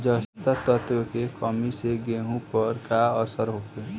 जस्ता तत्व के कमी से गेंहू पर का असर होखे?